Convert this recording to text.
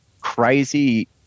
crazy